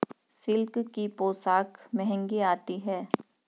silk की पोशाक महंगी आती है